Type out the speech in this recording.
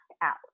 out